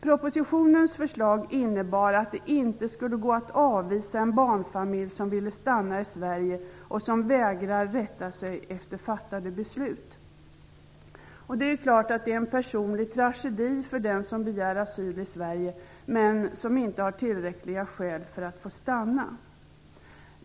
Propositionens förslag innebar att det inte skulle gå att avvisa en barnfamilj som vill stanna i Sverige, och som vägrar att rätta sig efter fattade beslut. Det är klart att det är en personlig tragedi för den som begär asyl i Sverige, och som inte har tillräckliga skäl för att få stanna.